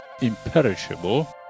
imperishable